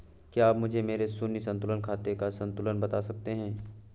क्या आप मुझे मेरे शून्य संतुलन खाते का संतुलन बता सकते हैं?